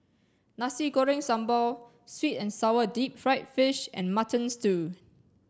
Nasi Goreng Sambal sweet and sour deep fried fish and mutton stew